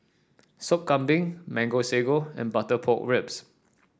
Sop Kambing Mango Sago and Butter Pork Ribs